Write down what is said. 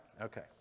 Okay